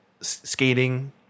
skating